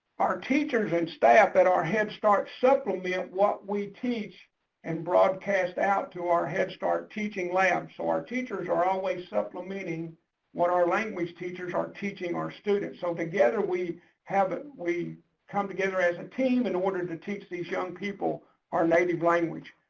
our teachers and staff that our head start supplement what we teach and broadcast out to our head start teaching labs. so our teachers are always supplementing what our language teachers are teaching our students. so together we have it, we come together as a team in order to teach these young people our native language.